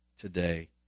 today